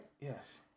Yes